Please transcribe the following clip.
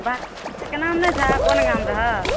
के नाम नै छऽ कोन गाम रहऽ